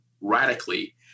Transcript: radically